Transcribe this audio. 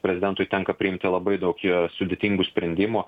prezidentui tenka priimti labai daug jo sudėtingų sprendimų